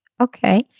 Okay